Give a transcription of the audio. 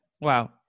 Wow